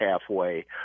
halfway